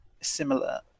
similar